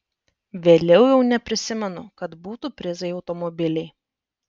vėliau jau neprisimenu kad būtų prizai automobiliai